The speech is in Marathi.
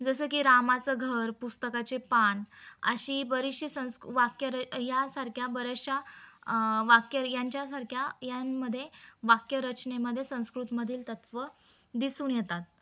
जसं की रामाचं घर पुस्तकाचे पान अशी बरीचशी संस्क वाक्य यासारख्या बऱ्याचशा वाक्य यांच्यासारख्या यांमध्ये वाक्यरचनेमध्ये संस्कृतमधील तत्त्व दिसून येतात